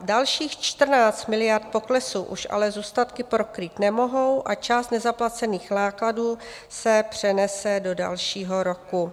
Dalších 14 miliard poklesu už ale zůstatky pokrýt nemohou a část nezaplacených nákladů se přenese do dalšího roku.